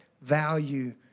value